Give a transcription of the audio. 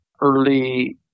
early